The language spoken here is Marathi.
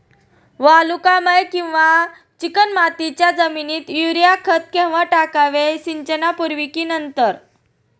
वालुकामय किंवा चिकणमातीच्या जमिनीत युरिया खत केव्हा टाकावे, सिंचनापूर्वी की नंतर?